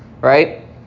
right